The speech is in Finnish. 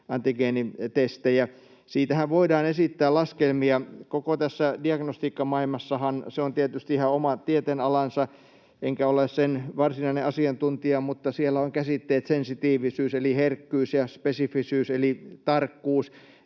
antigeenitestejä. Siitähän voidaan esittää laskelmia. Koko tässä diagnostiikkamaailmassahan — se on tietysti ihan oma tieteenalansa, enkä ole sen varsinainen asiantuntija — siellä on käsitteet sensitiivisyys eli herkkyys ja spesifisyys eli tarkkuus,